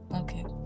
Okay